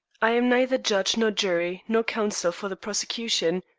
i am neither judge nor jury nor counsel for the prosecution,